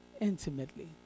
intimately